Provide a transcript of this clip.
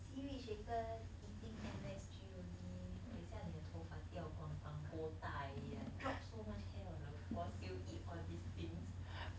seaweed shaker eating M_S_G only 等下你的头发掉光光 botak eh drop so much hair on the floor still eat all these things